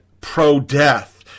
pro-death